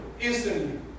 instantly